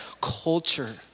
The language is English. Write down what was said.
culture